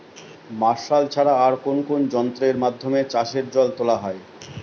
Martial ছাড়া আর কোন কোন যন্ত্রেরর মাধ্যমে চাষের জল তোলা হয়?